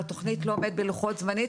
התכנית לא עומדת בלוחות זמנים,